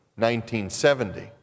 1970